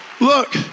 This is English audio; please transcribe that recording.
Look